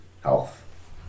health